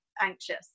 anxious